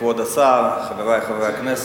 כבוד השר, חברי חברי הכנסת,